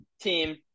team